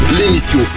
l'émission